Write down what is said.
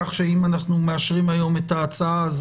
כך שאם אנחנו מאשרים היום את ההצעה,